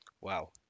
Wow